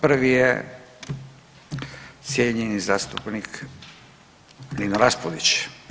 Prvi je cijenjeni zastupnik Nino Raspudić.